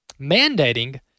mandating